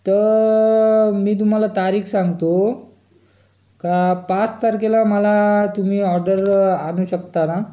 तर मी तुम्हाला तारीख सांगतो का पाच तारखेला मला तुम्ही ऑर्डर आणू शकता ना